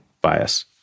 bias